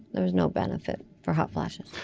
there was no benefit for hot flashes.